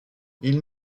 ils